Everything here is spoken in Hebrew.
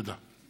תודה.